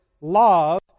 love